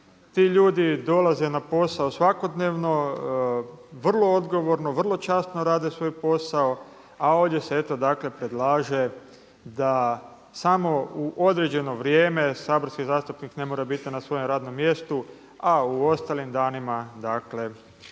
ti ljudi dolaze na posao svakodnevno, vrlo odgovorno, vrlo časno rade svoj posao, a ovdje se eto dakle predlaže da samo u određeno vrijeme saborski zastupnik ne mora biti na svojem radnom mjestu, a u ostalim danima može